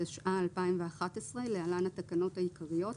התשע"א-2011 (להלן התקנות העיקריות),